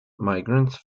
migrants